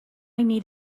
need